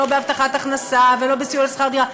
לא מדובר בהבטחת הכנסה ולא בסיוע בשכר-דירה,